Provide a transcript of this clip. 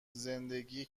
زندگی